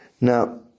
Now